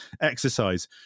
exercise